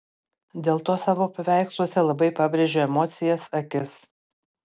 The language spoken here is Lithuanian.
dėl to savo paveiksluose labai pabrėžiu emocijas akis